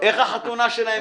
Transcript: איך תיראה החתונה שלהם.